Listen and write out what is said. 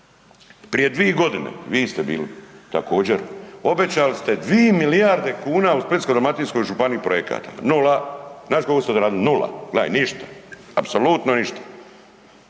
prije dvije godine, vi ste bili također obećali ste dvije milijarde kuna u Splitsko-dalmatinskoj županiji projekata. Nula. Znaš koliko ste …? Nula, ništa, apsolutno ništa,